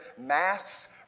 masks